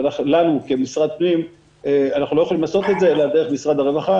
ואנחנו כמשרד הפנים לא יכולים לעשות את זה אלא דרך משרד הרווחה.